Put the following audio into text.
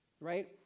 right